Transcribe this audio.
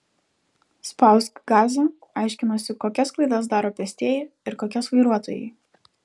spausk gazą aiškinosi kokias klaidas daro pėstieji ir kokias vairuotojai